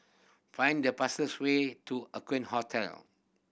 find the fastest way to Aqueen Hotel